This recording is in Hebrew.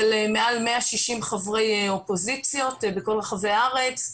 מעל 160 חברי אופוזיציות בכל רחבי הארץ.